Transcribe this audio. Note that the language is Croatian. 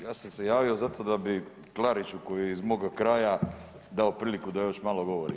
Ja sam se javio zato da bi Klariću koji je iz moga kraja dao priliku da još malo govori.